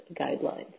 guidelines